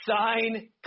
sign